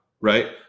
right